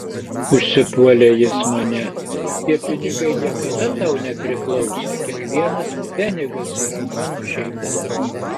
užsipuolė jis mane tie pinigai niekada tau nepriklausė kiekvienas pfenigas yra mano šeimos